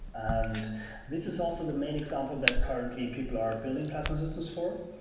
and this is also the main example that currently people are building plasma systems for.